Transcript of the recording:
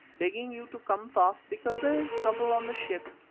begging you to come fast because there is trouble on the ship,